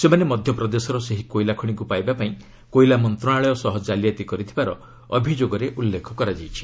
ସେମାନେ ମଧ୍ୟପ୍ରଦେଶର ସେହି କୋଇଲା ଖଣିକୁ ପାଇବା ପାଇଁ କୋଇଲା ମନ୍ତ୍ରଣାଳୟ ସହ ଜାଲିଆତି କରିଥିବାର ଅଭିଯୋଗରେ ଉଲ୍ଲେଖ କରାଯାଇଛି